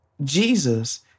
Jesus